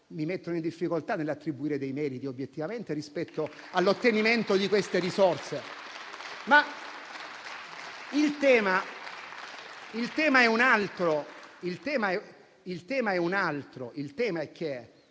mi mettono in difficoltà nell'attribuire dei meriti obiettivamente rispetto all'ottenimento di queste risorse. Il tema è un